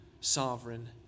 sovereign